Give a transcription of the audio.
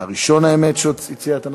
הראשון, האמת, שהציע את הנושא.